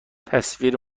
تصویر